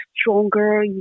stronger